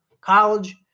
college